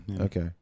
Okay